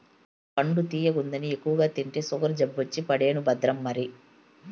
పండు తియ్యగుందని ఎక్కువగా తింటే సుగరు జబ్బొచ్చి పడేను భద్రం మరి